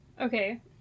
Okay